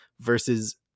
versus